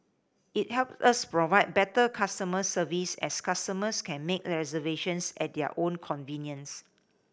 it help us provide better customer service as customers can make reservations at their own convenience